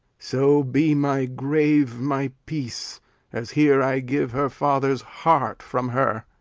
so be my grave my peace as here i give her father's heart from her!